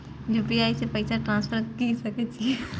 UPI से पैसा transfer की सके छी?